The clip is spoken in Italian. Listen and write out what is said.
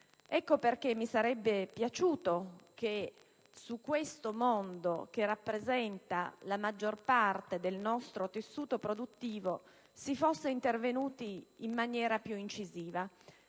Ecco perché mi sarebbe piaciuto che su questo mondo, che rappresenta la maggior parte del nostro tessuto produttivo, si fosse intervenuti in maniera più incisiva.